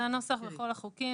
זה הנוסח בכל החוקים.